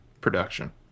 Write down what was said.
production